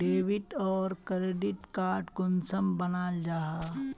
Debit आर credit card कुंसम बनाल जाहा?